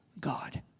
God